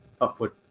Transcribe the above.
upward